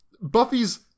Buffy's